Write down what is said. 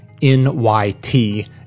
NYT